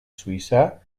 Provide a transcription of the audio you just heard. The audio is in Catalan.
suïssa